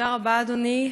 תודה רבה, אדוני.